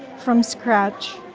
from scratch.